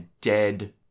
dead